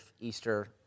Easter